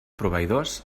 proveïdors